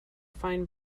fine